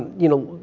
you know,